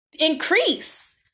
increase